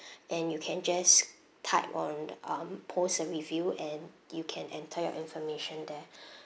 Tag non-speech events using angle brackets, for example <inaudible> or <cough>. and you can just type on um post a review and you can enter your information there <breath>